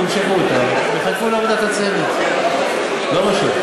שימשכו אותן ויחכו לעבודת הצוות לא מושך.